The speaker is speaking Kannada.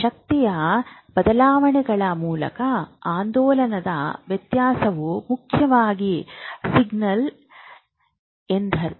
ಶಕ್ತಿಯ ಬದಲಾವಣೆಗಳ ಮೂಲಕ ಆಂದೋಲನದ ವ್ಯತ್ಯಾಸವು ಮುಖ್ಯವಾಗಿ ಸಿಗ್ನಲಿಂಗ್ ಎಂದರ್ಥ